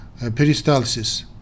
Peristalsis